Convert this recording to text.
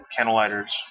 candlelighters